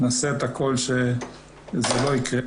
נעשה את הכל שזה לא יקרה,